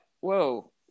whoa